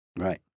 Right